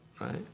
Right